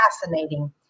fascinating